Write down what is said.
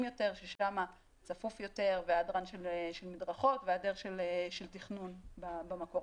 יותר ששם צפוף יותר בהיעדרן של מדרכות והיעדר של תכנון במקום,